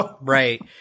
Right